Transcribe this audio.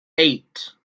eight